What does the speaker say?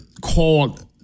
called